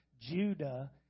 Judah